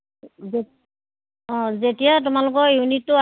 নহয় বাইদেউ নহয় নহয় আপুনি গোটেই মাৰ্কেট ঘুৰি চাওক মুঠ